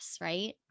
right